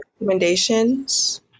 Recommendations